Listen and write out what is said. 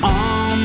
on